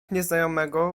nieznajomego